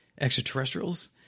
extraterrestrials